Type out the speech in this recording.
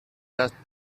that